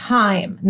time